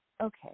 okay